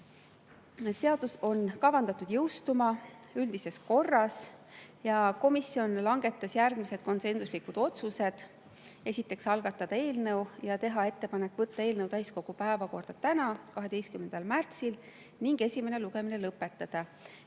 Seadus on kavandatud jõustuma üldises korras. Komisjon langetas järgmised konsensuslikud otsused: algatada eelnõu ja teha ettepanek võtta eelnõu täiskogu päevakorda täna, 12. märtsil, esimene lugemine lõpetada